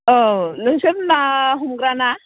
औ नोंसोर ना हमग्राना